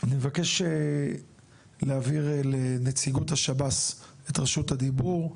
אני מבקש להעביר לנציגות השב"ס את רשות הדיבור,